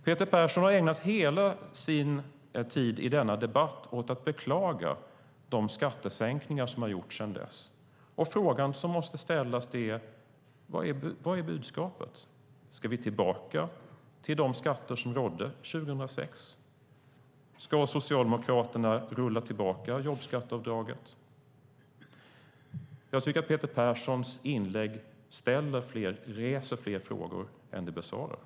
Peter Persson har ägnat hela sin tid i denna debatt åt att beklaga de skattesänkningar som har gjorts sedan dess. Frågan som måste ställas är: Vad är budskapet? Ska vi tillbaka till de skatter som rådde 2006? Ska Socialdemokraterna rulla tillbaka jobbskatteavdraget? Jag tycker att Peter Perssons inlägg reser fler frågor än det besvarar.